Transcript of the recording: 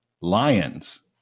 Lions